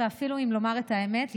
ואפילו אם לומר את האמת,